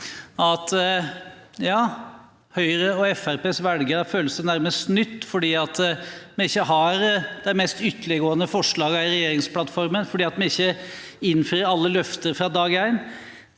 velgere nærmest føler seg snytt fordi vi ikke har de mest ytterliggående forslagene i regjeringsplattformen, fordi vi ikke innfrir alle løfter fra dag